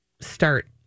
start